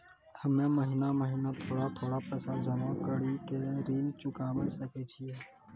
हम्मे महीना महीना थोड़ा थोड़ा पैसा जमा कड़ी के ऋण चुकाबै सकय छियै?